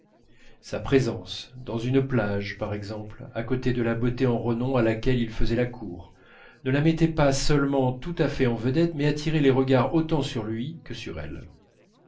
sa présence dans une plage par exemple à côté de la beauté en renom à laquelle il faisait la cour ne la mettait pas seulement tout à fait en vedette mais attirait les regards autant sur lui que sur elle